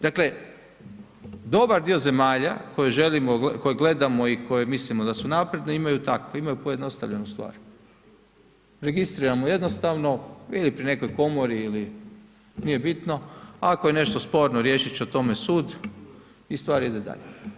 Dakle, dobar dio zemalja koje gledamo i koje mislimo da su napredne, imaju takve, imaju pojednostavljenu stvar, registriramo jednostavno ili pri nekoj komori ili nije bitno, ako je nešto sporno, riješit će o tome sud i stvar ide dalje.